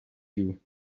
you